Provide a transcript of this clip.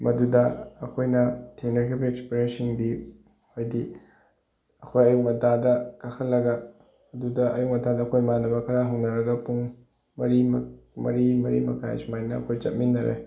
ꯃꯗꯨꯗ ꯑꯩꯈꯣꯏꯅ ꯊꯦꯡꯅꯈꯤꯕ ꯑꯦꯛꯁꯄꯔꯦꯁꯁꯤꯡꯗꯤ ꯍꯥꯏꯗꯤ ꯑꯩꯈꯣꯏ ꯑꯌꯨꯛ ꯉꯟꯇꯥꯗ ꯀꯥꯈꯠꯂꯒ ꯑꯗꯨꯗ ꯑꯌꯨꯛ ꯉꯟꯇꯥꯗ ꯑꯩꯈꯣꯏ ꯏꯃꯥꯟꯅꯕ ꯈꯔ ꯍꯧꯅꯔꯒ ꯄꯨꯡ ꯃꯔꯤ ꯃꯔꯤ ꯃꯔꯤ ꯃꯈꯥꯏ ꯁꯨꯃꯥꯏꯅ ꯑꯩꯈꯣꯏ ꯆꯠꯃꯤꯟꯅꯔꯦ